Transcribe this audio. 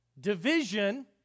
division